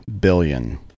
billion